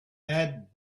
add